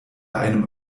einem